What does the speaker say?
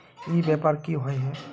ई व्यापार की होय है?